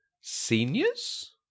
seniors